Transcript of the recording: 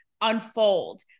unfold